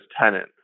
tenant